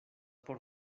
por